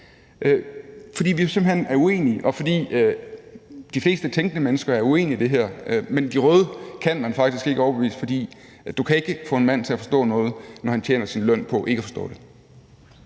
fordi vi simpelt hen er uenige, og fordi de fleste tænkende mennesker er uenige i det her, men de røde kan man faktisk ikke overbevise, fordi du ikke kan få en mand til at forstå noget, når han tjener sin løn på ikke at forstå det.